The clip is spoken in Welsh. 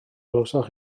glywsoch